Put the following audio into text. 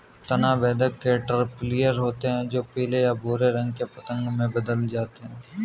तना बेधक कैटरपिलर होते हैं जो पीले या भूरे रंग के पतंगे में बदल जाते हैं